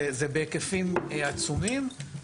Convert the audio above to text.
זה בהיקפים עצומים.